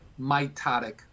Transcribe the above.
mitotic